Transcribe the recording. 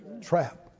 trap